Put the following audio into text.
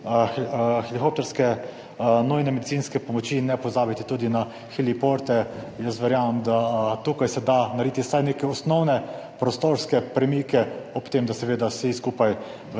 helikopterske nujne medicinske pomoči, ne pozabiti tudi na heliporte. Jaz verjamem, da se da tukaj narediti vsaj neke osnovne prostorske premike, ob tem, da seveda vsi skupaj verjetno